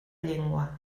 llengua